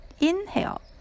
inhale